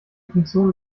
funktion